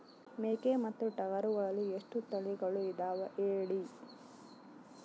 ಮೇಕೆ ಮತ್ತು ಟಗರುಗಳಲ್ಲಿ ಎಷ್ಟು ತಳಿಗಳು ಇದಾವ ಹೇಳಿ?